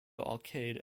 arcade